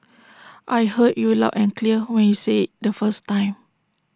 I heard you loud and clear when you said IT the first time